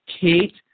kate